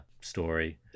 story